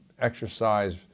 exercise